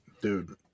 Dude